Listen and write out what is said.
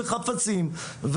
וחפצים,